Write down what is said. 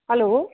hello